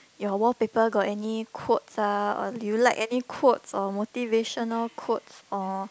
your wallpaper got any quotes ah or do you like any quotes or motivational quotes or